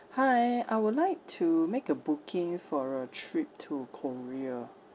hi I would like to make a booking for a trip to korea